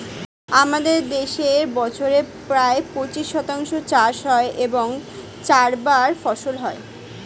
আমাদের দেশে বছরে প্রায় পঁচিশ শতাংশ চাষ হয় এবং চারবার ফসল হয়